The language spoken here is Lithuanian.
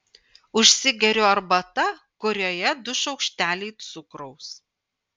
užsigeriu arbata kurioje du šaukšteliai cukraus